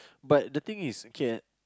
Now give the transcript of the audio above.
but the thing is okay